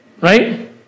right